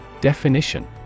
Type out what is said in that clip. Definition